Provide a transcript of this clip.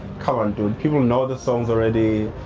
come on dude, people know the songs already,